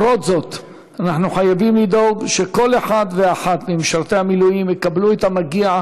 לכן, חייבים לשנות את הגישה באופן חד,